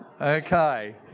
Okay